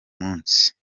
munsi